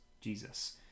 Jesus